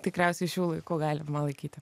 tikriausiai šių laikų galima laikyti